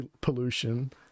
pollution